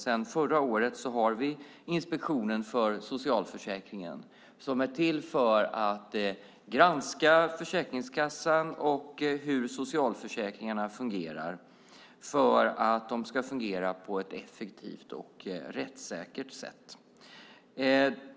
Sedan förra året har vi Inspektionen för socialförsäkringen, som är till för att granska Försäkringskassan och hur socialförsäkringarna fungerar för att de ska fungera på ett effektivt och rättssäkert sätt.